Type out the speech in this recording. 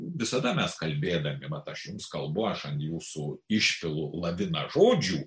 visada mes kalbėdami vat aš jums kalbu aš ant jūsų išpilu laviną žodžių